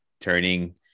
turning